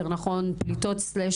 יותר נכון פליטות/מסתננות.